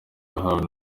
yahawe